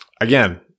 again